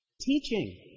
Teaching